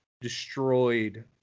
destroyed